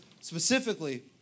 specifically